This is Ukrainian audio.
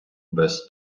без